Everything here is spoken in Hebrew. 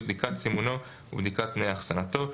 בדיקת סימונו ובחינת תנאי אחסנתו,